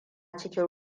cikin